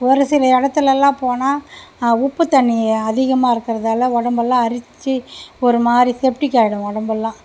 ஒரு சில இடத்துலலாம் போனால் உப்பு தண்ணி அதிகமாக இருக்கறதால் உடம்பெல்லாம் அரித்து ஒருமாதிரி செப்டிக் ஆகிடும் உடம்பெல்லாம்